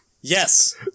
Yes